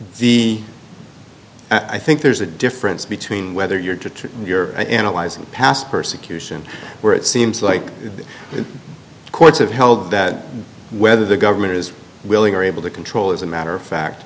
the i think there's a difference between whether you're to try and you're analyzing past persecution where it seems like the courts have held that whether the government is willing or able to control is a matter of fact